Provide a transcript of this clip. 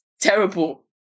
terrible